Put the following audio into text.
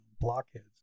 blockheads